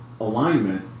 alignment